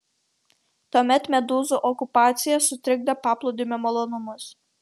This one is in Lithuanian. tuomet medūzų okupacija sutrikdė paplūdimio malonumus